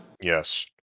Yes